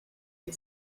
had